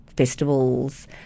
festivals